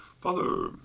father